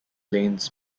lanes